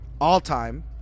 All-time